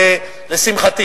ולשמחתי